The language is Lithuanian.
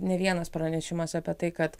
ne vienas pranešimas apie tai kad